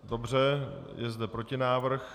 Dobře, je zde protinávrh.